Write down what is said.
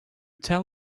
tell